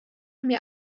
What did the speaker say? mir